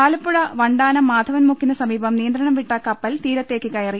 ആലപ്പുഴ വണ്ടാനം മാധവൻമുക്കിന് സമീപം നിയന്ത്രണം വിട്ട കപ്പൽ തീരത്തേക്ക് കയറി